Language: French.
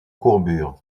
courbure